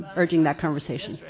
urging that conversation.